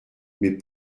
mais